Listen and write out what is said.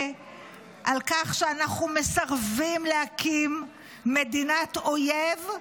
על כך שאנחנו מסרבים להקים מדינת אויב,